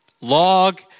log